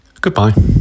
Goodbye